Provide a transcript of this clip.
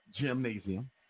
gymnasium